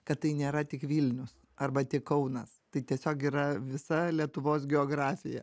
kad tai nėra tik vilnius arba tik kaunas tai tiesiog yra visa lietuvos geografija